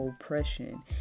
oppression